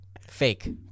Fake